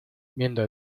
viendo